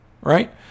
Right